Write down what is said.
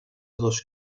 dos